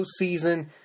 postseason